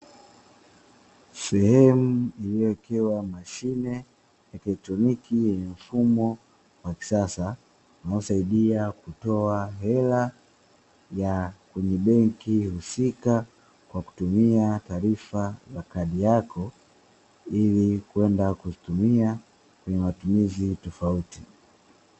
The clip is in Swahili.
Sehemu iliyowekewa mashine ya kieletroniki yenye mfumo wa kisasa, unaosaidia kutoa hela ya kwenye benki husika kwa kutumia taarifa ya kadi yako ili kwenda kutumia kwenye matumizi tofauti.